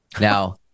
Now